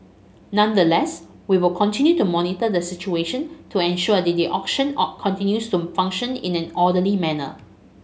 nonetheless we will continue to monitor the situation to ensure that the auction continues to function in an orderly manner